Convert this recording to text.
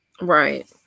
right